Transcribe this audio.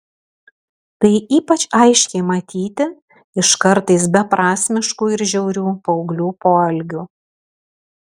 tai ypač aiškiai matyti iš kartais beprasmiškų ir žiaurių paauglių poelgių